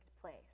place